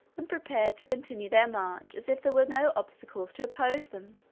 and prepared to continue their march as if there were no obstacle to oppose them.